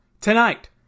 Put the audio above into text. Tonight